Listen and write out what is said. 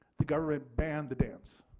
the government banned the dance.